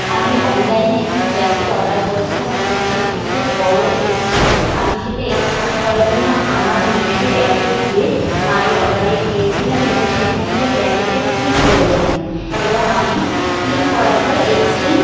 আমি অনলাইনে একটি জ্যাকেট অর্ডার করেছিলাম এবং সেটি খুব বড় এসেছে আমি সেটা এক্সচেঞ্জ করার জন্য আমার মিশো অ্যাপে গিয়ে মাই অর্ডারে গিয়েছিলাম এবং সেখানে গিয়ে জ্যাকেটটায় ক্লিক করেছিলাম এবং আমি ক্লিক করার পরে এক্সচেঞ্জ